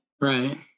Right